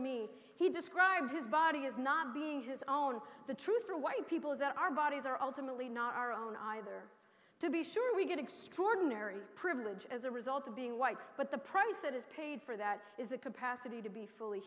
me he describes his body is not being his own the truth for white people is that our bodies are ultimately not our own either to be sure we get extraordinary privilege as a result of being white but the progress that is paid for that is the capacity to be fully